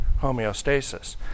homeostasis